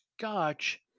scotch